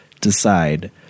decide